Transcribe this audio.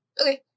Okay